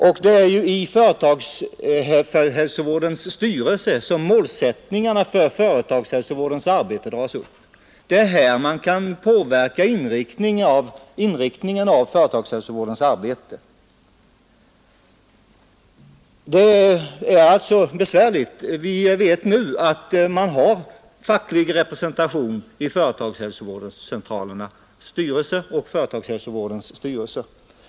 Och det är ju i företagshälsovårdens styrelse som målsättningarna för företagshälsovårdens arbete dras upp. Det är här man kan påverka inriktningen av företagshälsovårdens arbete. Det är alltså besvärligt. Vi vet nu att man har facklig representation i företagshälsovårdscentralernas styrelser och företagshälsovårdens styrelser.